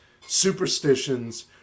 superstitions